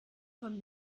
von